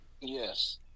Yes